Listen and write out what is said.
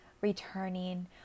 returning